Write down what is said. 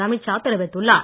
அமித்ஷா தெரிவித்துள்ளார்